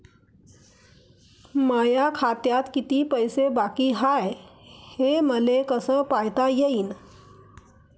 माया खात्यात किती पैसे बाकी हाय, हे मले कस पायता येईन?